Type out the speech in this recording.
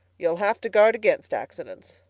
you'll have to guard against accidents,